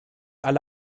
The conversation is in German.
alle